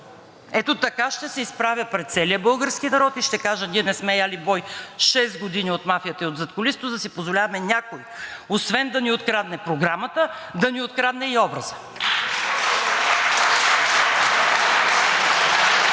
Ето така ще се изправя пред целия български народ и ще кажа: „Ние не сме яли бой шест години от мафията и от задкулисието, за да си позволяваме някой, освен да ни открадне програмата, да ни открадне и образа.“